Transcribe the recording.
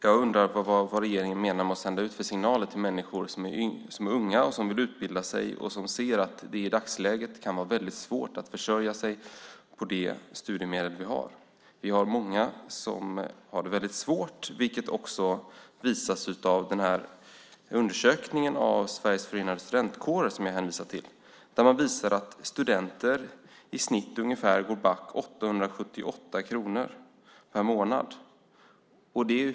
Vad vill regeringen sända för signaler till unga som vill utbilda sig och som ser att det i dagsläget kan vara väldigt svårt att försörja sig på det studiemedel som finns? Vi har många som har det väldigt svårt, vilket också visas av den undersökning som Sveriges förenade studentkårer har gjort och som jag hänvisade till. Den visar att studenter i snitt går back 878 kronor per månad.